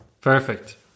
perfect